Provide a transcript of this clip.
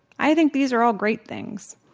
i think these are all great things.